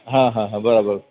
હા હા બરાબર